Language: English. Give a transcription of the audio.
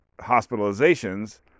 hospitalizations